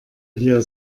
hier